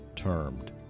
termed